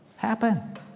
happen